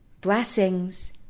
Blessings